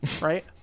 right